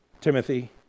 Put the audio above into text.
Timothy